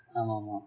ஆமா ஆமா:aama aama